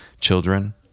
Children